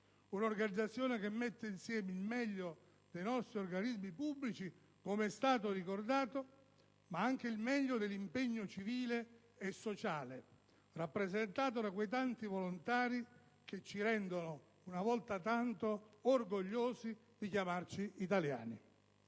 un'organizzazione che mette insieme il meglio dei nostri organismi pubblici, come è stato ricordato, ma anche il meglio dell'impegno civile e sociale, rappresentato da quei tanti volontari che ci rendono, una volta tanto, orgogliosi di chiamarci italiani.